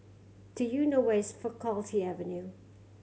do you know where is Faculty Avenue